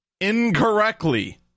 incorrectly